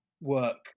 work